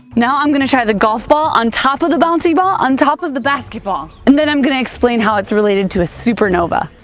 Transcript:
now, i'm going to try the golf ball on top of the bouncy ball on top of the basketball, and then i'm going to explain how it's related to a supernova.